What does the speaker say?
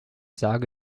sage